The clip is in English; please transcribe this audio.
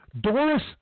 Doris